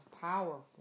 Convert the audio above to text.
powerful